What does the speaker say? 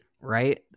right